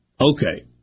okay